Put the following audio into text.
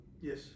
Yes